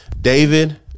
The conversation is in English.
David